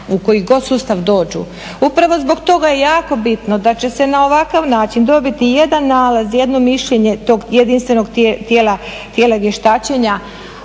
u koji god sustav dođu. Upravo zbog toga je jako bitno da će se na ovakav način dobiti jedan nalaz, jedno mišljenje tog jedinstvenog tijela vještačenja,